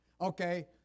Okay